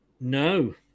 No